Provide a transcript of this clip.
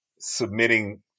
submitting